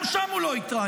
גם שם הוא לא התראיין.